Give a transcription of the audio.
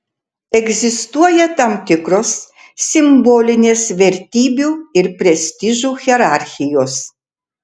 egzistuoja tam tikros simbolinės vertybių ir prestižų hierarchijos